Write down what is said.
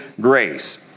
grace